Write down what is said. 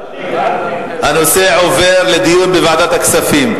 הנושא עובר לדיון בוועדת הכספים.